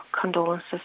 condolences